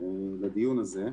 לדיון הזה.